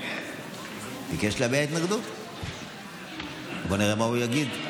ביקש להביע התנגדות, בואו נראה מה הוא יגיד.